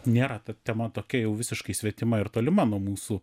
nėra ta tema tokia jau visiškai svetima ir tolima nuo mūsų